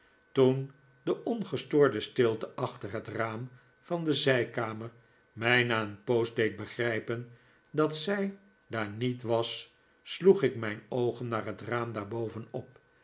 toen de ongestoorde stilte achter het raam van de zijkamer mij na een poos deed begrijpen dat zij daar niet was sloeg ik mijn oogen naar het raam daarboven op